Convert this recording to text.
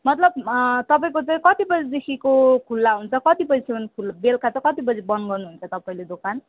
मतलब तपाईँको चाहिँ कति बजेदेखिको खुल्ला हुन्छ कति बजेसम्मन् खुल् बेलुका चाहिँ कति बजे बन्द गर्नुहुन्छ तपाईँले दोकान